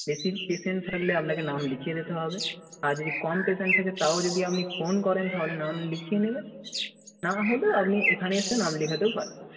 বেশি পেশেন্ট থাকলে আপনাকে নাম লিখিয়ে যেতে হবে আর যদি কম পেশেন্ট থাকে তাও যদি আপনি ফোন করেন তাহলে নাম লিখিয়ে নিবেন না হলেও আপনি এখানে এসে নাম লেখাতেও পারবেন